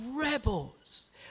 rebels